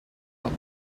out